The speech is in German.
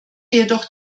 jedoch